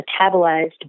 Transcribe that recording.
metabolized